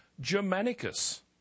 Germanicus